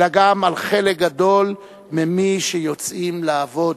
אלא גם על חלק גדול ממי שיוצאים לעבוד.